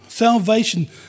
salvation